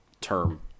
term